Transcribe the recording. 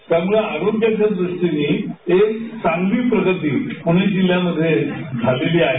त्यामुळे आरोग्याच्या द्रष्टाने एक चागंली प्रगती पुणे जिल्ह्याची झालेली आहे